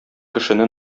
кешене